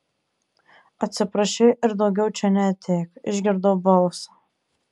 atsiprašei ir daugiau čia neateik išgirdau balsą